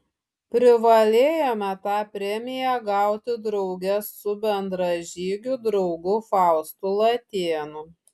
privalėjome tą premiją gauti drauge su bendražygiu draugu faustu latėnu